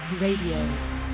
Radio